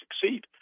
succeed